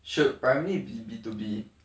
should primary be B two B